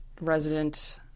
resident